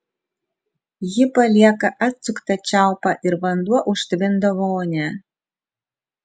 ji palieka atsuktą čiaupą ir vanduo užtvindo vonią